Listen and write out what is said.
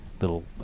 little